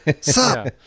sup